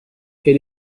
elle